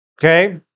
Okay